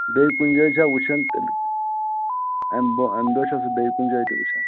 بیٚیہِ کُنہِ جایہِ چھا وُچھان تیٚلہِ اَمہِ بوٚہ امہِ دۄہ چھا سُہ بیٚیہِ کُنہِ جایہِ تہِ وُچھان